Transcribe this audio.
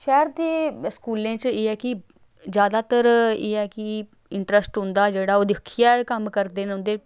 शैह्र दे स्कूलें च एह् ऐ कि ज्यादातर एह् ऐ कि इंटरस्ट उं'दा जेह्ड़ा ओह् दिक्खियै कम्म करदे न उं'दे